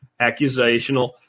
accusational